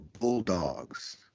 bulldogs